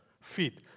feet